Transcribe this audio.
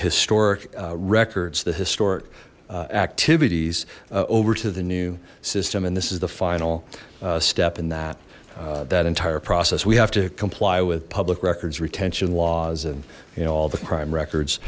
historic records the historic activities over to the new system and this is the final step in that that entire process we have to comply with public records retention laws and you know all the crime records